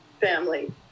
family